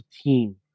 team